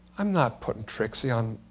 i'm not putting trixie on.